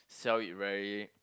sell it very